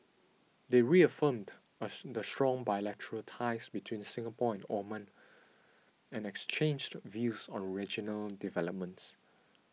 they reaffirmed us the strong bilateral ties between Singapore and Oman and exchanged views on regional developments